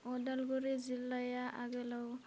उदालगुरि जिल्लाया आगोलाव